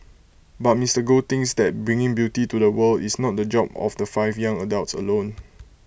but Mister Goh thinks that bringing beauty to the world is not the job of the five young adults alone